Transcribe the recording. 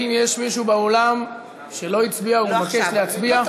האם יש מישהו באולם שלא הצביע ומבקש להצביע?